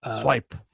swipe